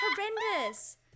horrendous